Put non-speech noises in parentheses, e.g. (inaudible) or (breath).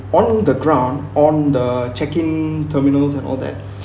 on the ground on the checking terminals all that (breath)